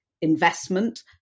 investment